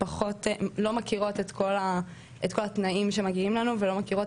אנחנו פחות או לא מכירות כלל את כל התנאים שמגיעים לנו ולא מכירות